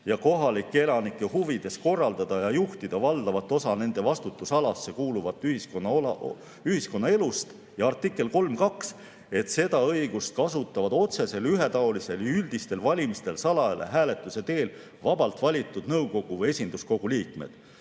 ja kohalike elanike huvides korraldada ja juhtida valdavat osa nende vastutusalasse kuuluvast ühiskonnaelust." Ja artikkel 3 [lõige] 2: "Seda õigust kasutavad otsestel, ühetaolistel ja üldistel valimistel salajase hääletuse teel vabalt valitud nõukogu või esinduskogu liikmed.